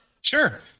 Sure